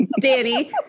Danny